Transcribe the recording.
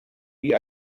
wie